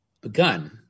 begun